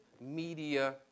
media